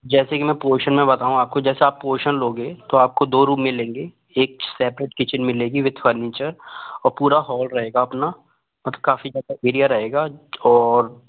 जैसे कि मैं पोर्शन में बताऊँ आपको जैसा पोर्शन लोगे तो आपको दो रूम मिलेंगे एक सेपरेट किचन मिलेगी विद फर्नीचर और पूरा हॉल रहेगा अपना और मतलब काफ़ी ज़्यादा एरिया रहेगा और